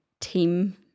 team